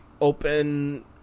open